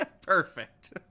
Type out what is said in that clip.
Perfect